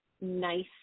nice